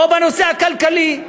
לא בנושא הכלכלי,